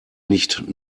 nicht